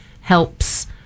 helps